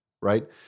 right